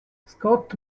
scott